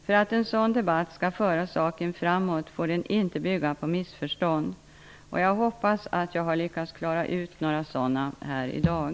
För att en sådan debatt skall föra saken framåt får den inte bygga på missförstånd. Jag hoppas att jag har lyckats klara ut några sådana här i dag.